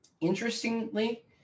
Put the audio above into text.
Interestingly